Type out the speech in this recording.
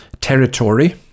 territory